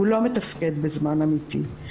הוא לא מתפקד בזמן אמתי.